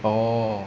orh